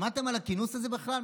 שמעתם על הכינוס הזה בכלל?